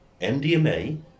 MDMA